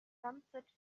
sunset